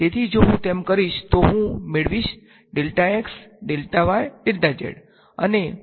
તેથી જો હું તેમ કરીશ તો હું મેળવીશ અને આ અહીં